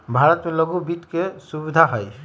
भारत में लघु वित्त के सुविधा हई